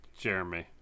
Jeremy